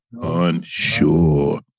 unsure